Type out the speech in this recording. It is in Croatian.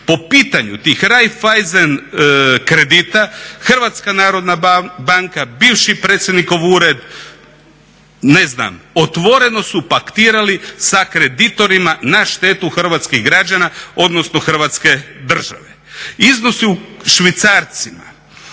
po pitanju tih Raiffeisen kredita HNB, bivši predsjednikov ured ne znam otvoreno su paktirali sa kreditorima na štetu hrvatskih građana, odnosno Hrvatske države. Iznosi u švicarcima